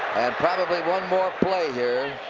probably one more play here.